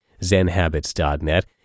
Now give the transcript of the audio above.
zenhabits.net